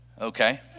Okay